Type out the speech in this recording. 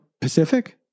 Pacific